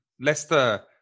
Leicester